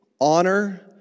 honor